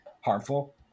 harmful